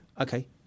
Okay